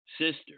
sister